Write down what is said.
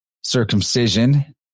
circumcision